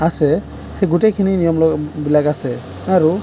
আছে সেই গোটেইখিনি নিয়মবিলাক আছে আৰু